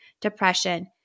depression